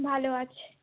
ভালো আছে